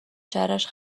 شرش